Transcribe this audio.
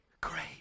great